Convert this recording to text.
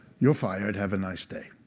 you're fired. have a nice day.